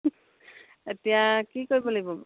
এতিয়া কি কৰিব লাগিব